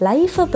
Life